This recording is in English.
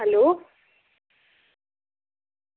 hello